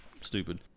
stupid